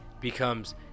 becomes